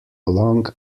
long